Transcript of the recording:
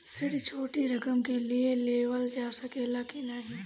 ऋण छोटी रकम के लिए लेवल जा सकेला की नाहीं?